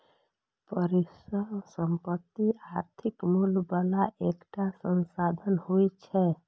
परिसंपत्ति आर्थिक मूल्य बला एकटा संसाधन होइ छै